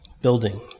building